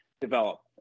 develop